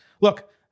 look